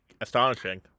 astonishing